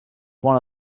one